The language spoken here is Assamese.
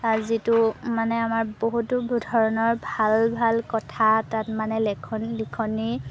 তাৰ যিটো মানে আমাৰ বহুতো ধৰণৰ ভাল ভাল কথা তাত মানে লেখন লিখনি